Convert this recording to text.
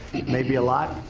it may be a lot,